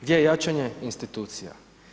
Gdje je jačanje institucija?